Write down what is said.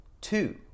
two